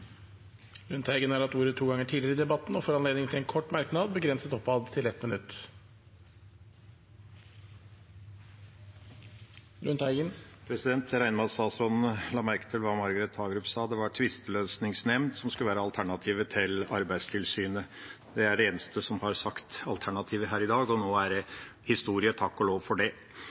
har hatt ordet to ganger tidligere og får ordet til en kort merknad, begrenset til 1 minutt. Jeg regner med at statsråden la merke til hva Margret Hagerup sa – det var tvisteløsningsnemnd som skulle være alternativet til Arbeidstilsynet. Det er det eneste alternativet som er sagt her i dag, og nå er det historie, takk og lov for det.